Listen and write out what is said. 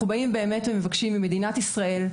אנחנו מבקשים ממדינת ישראל,